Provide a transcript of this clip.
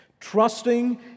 Trusting